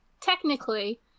Technically